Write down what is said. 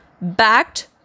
backed